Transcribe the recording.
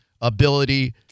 ability